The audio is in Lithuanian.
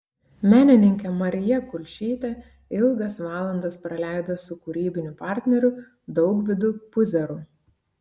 menininkė marija kulšytė ilgas valandas praleido su kūrybiniu partneriu daugvydu puzeru